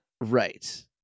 right